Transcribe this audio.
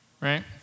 right